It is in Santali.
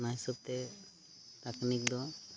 ᱚᱱᱟ ᱦᱤᱥᱟᱹᱵᱽᱛᱮ ᱛᱟᱹᱠᱱᱤᱠ ᱫᱚ